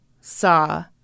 saw